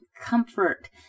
comfort